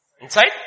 Inside